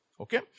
Okay